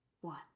one